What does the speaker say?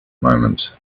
moment